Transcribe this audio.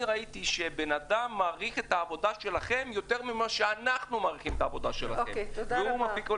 המשרד האחראי שאמור לעשות מה שאתה אומר זה משרד התיירות.